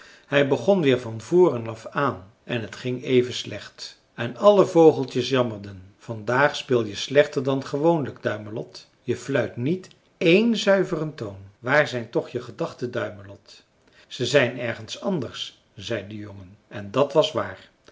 hij begon weer van voren af aan en t ging even slecht en alle vogeltjes jammerden vandaag speel je slechter dan gewoonlijk duimelot je fluit niet één zuiveren toon waar zijn toch je gedachten duimelot ze zijn ergens anders zei de jongen en dat was waar